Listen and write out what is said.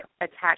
attached